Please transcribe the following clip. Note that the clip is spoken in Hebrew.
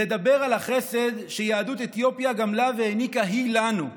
לדבר על החסד שיהדות אתיופיה גמלה והעניקה היא לנו,